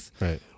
Right